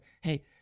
hey